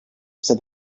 said